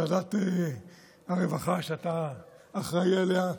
ועדת הרווחה שאתה אחראי עליה.